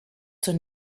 zur